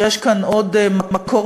האם יש שאלה נוספת?